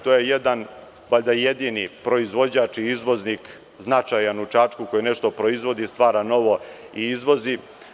To je jedan i valjda jedini proizvođač i izvoznik značajan u Čačku koji nešto proizvodi, stvara novo i izvozi.